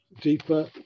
deeper